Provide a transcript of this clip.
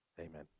Amen